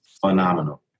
phenomenal